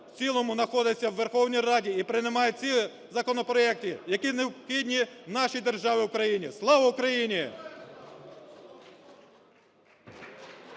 в цілому находиться в Верховній Раді і приймає ці законопроекти, які необхідні нашій державі - Україні. Слава Україні!